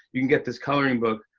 you can get this coloring book.